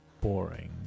Boring